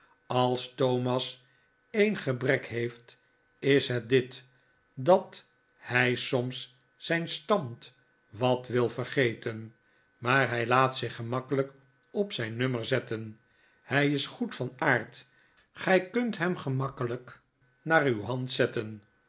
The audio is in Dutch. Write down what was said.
als thomas een gebrek heeft is het dit dat hij soms zijn stand wat wil vergeten maar hij laat zich gemakkelijk op zijn nummer zetten hij is goed van aard gij kunt hem gemakkelijk naar uw hand zetten